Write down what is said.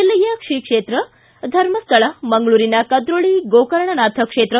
ಜಿಲ್ಲೆಯ ಶ್ರೀ ಕ್ಷೇತ್ರ ಧರ್ಮಸ್ಥಳ ಮಂಗಳೂರಿನ ಕುದ್ರೋಳ ಗೋಕರ್ಣನಾಥ ಕ್ಷೇತ್ರ